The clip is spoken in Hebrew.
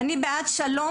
אני בעד שלום,